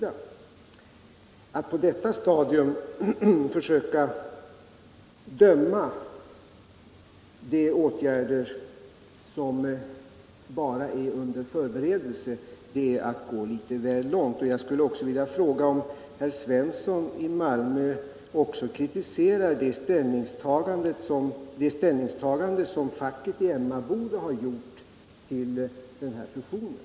Att försöka döma åtgärder som bara är under förberedelse är att gå litet väl långt. Jag skulle också vilja fråga om herr Svensson i Malmö kritiserar det ställningstagande som facket i Emmaboda gjort till fusionen.